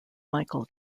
michael